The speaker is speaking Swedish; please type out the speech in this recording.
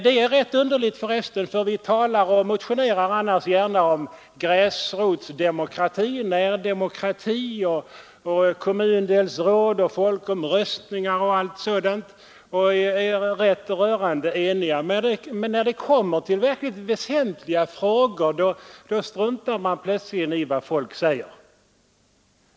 Det är ganska underligt att vi gärna talar och motionerar om gräsrotsdemokrati, närdemokrati, medinflytande, kommundelsråd, folkomröstningar och allt sådant, och ofta är rörande eniga. Men när det kommer till verkligen väsentliga frågor, då struntar man plötsligt i vad folk säger.